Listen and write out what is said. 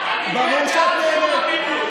ברור שאת נהנית.